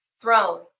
throne